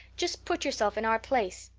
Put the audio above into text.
just put yourself in our place.